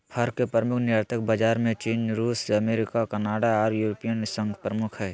फर के प्रमुख निर्यातक बाजार में चीन, रूस, अमेरिका, कनाडा आर यूरोपियन संघ प्रमुख हई